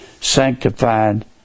sanctified